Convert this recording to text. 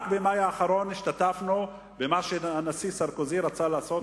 רק במאי האחרון השתתפנו במה שהנשיא סרקוזי רצה לעשות,